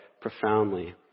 profoundly